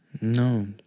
No